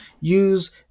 use